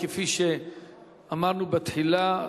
כפי שאמרנו בתחילה,